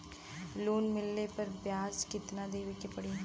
Loan मिलले पर ब्याज कितनादेवे के पड़ी?